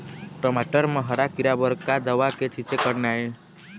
टमाटर म हरा किरा बर का दवा के छींचे करना ये?